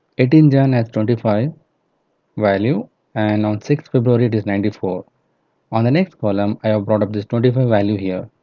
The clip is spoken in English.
eighteen jan has twenty five value and on six feb it is ninety four on the next column i have brought up this twenty five value here